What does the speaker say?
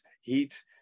heat